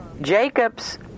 Jacob's